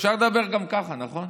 אפשר לדבר גם ככה, נכון?